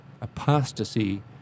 apostasy